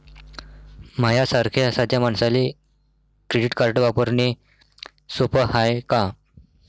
माह्या सारख्या साध्या मानसाले क्रेडिट कार्ड वापरने सोपं हाय का?